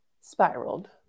spiraled